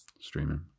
Streaming